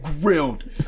grilled